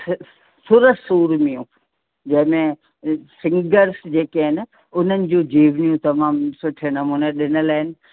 सुरसूरमियूं जंहिंमें सिंगर्स जेके आहिनि उन्हनि जूं जीवनियूं तमामु सुठे नमूने ॾिनल आहिनि